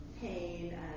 pain